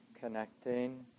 connecting